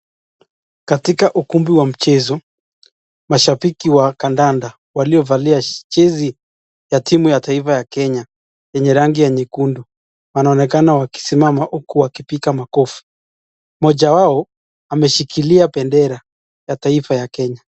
Katika ukumbi wa mchezo, mashabiki wa Kandanda walio valia jezi ya timu ya taifa ya Kenya yenye rangi ya nyekundu wanaonekana wakisimama huku wakipiga makofi. Mmoja wao ameshikilia bendera ya taifa ya Kenya.